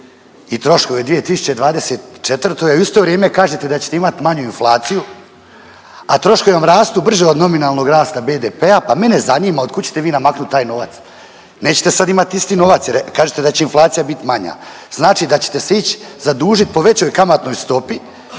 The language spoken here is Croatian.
i troškove u 2024. a u isto vrijeme kažete da ćete imati manju inflaciju, a troškovi vam rastu brže od nominalnog rasta BDP-a pa mene zanima od kud ćete vi namaknuti taj novac? Nećete sad imati isti novac, jer kažete da će inflacija biti manja. Znači da ćete se ići zadužiti po većoj kamatnoj stopi